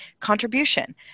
contribution